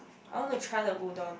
I want to try the udon